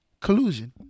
collusion